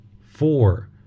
four